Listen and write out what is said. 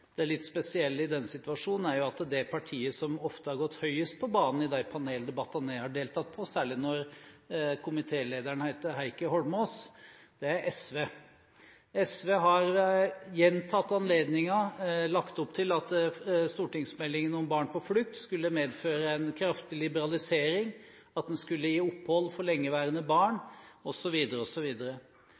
primærstandpunkt. Det litt spesielle i denne situasjonen er jo at det partiet som ofte har gått høyest på banen i de paneldebattene jeg har deltatt i, og særlig da komitélederen het Heikki Holmås, er SV. SV har ved gjentatte anledninger lagt opp til at Stortingsmeldingen om barn på flukt skulle medføre en kraftig liberalisering, at den skulle gi opphold for lengeværende barn,